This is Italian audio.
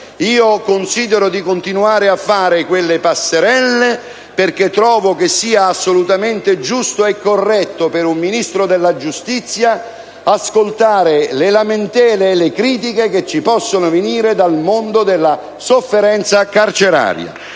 io considero di continuare a fare quelle passerelle perché trovo che sia assolutamente giusto e corretto per un Ministro della giustizia ascoltare le lamentele e le critiche che ci possono venire dal mondo della sofferenza carceraria.